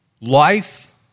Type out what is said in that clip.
Life